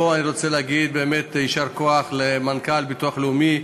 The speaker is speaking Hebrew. פה אני רוצה להגיד יישר כוח למנכ"ל הביטוח הלאומי,